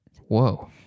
Whoa